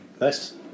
Nice